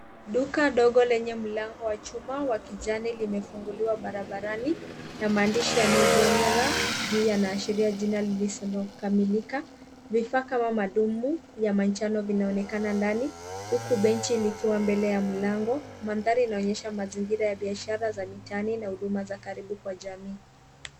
Duka dogo lenye mlango wa rangi ya kijani limefunguliwa barabarani na maandishi ya new genera yanaashiria lisilo kamilika. Vifaa maalum ya manjano vinaonekana ndani huko benchi likiwa ndani ya mlango. Mandhari yanaonyesha mazingira ya biashara za mitaani na huduma za karibu kwa jamii.